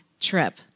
trip